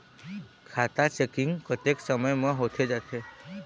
खाता चेकिंग कतेक समय म होथे जाथे?